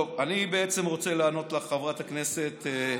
טוב, אני בעצם רוצה לענות לך, חברת הכנסת מריח.